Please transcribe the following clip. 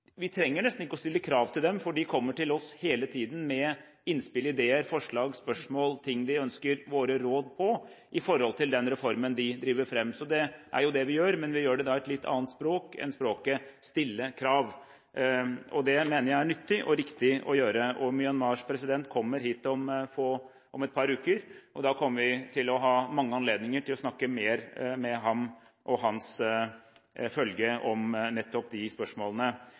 Vi trenger nesten ikke å stille krav til dem, for de kommer til oss hele tiden med innspill, ideer, forslag, spørsmål og ting hvor de ønsker våre råd i den reformen de driver fram. Det er det vi gjør, men vi gjør det på et litt annet språk enn språket «stille krav». Det mener jeg er nyttig og riktig å gjøre. Myanmars president kommer hit om et par uker, og da kommer vi til å ha mange anledninger til snakke mer med ham og hans følge om nettopp de spørsmålene.